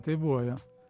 taip buvo jo